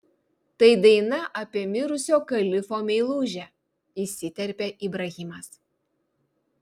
tai daina apie mirusio kalifo meilužę įsiterpė ibrahimas